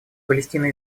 палестино